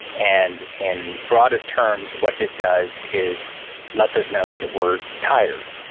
and in broadest terms, what this does is lets us know that we're tired.